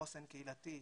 חוסן קהילתי.